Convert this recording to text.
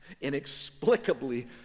inexplicably